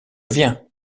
viens